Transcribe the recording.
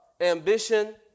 ambition